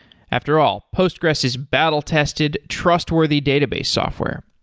after all, postgres is battle tested, trustworthy database software,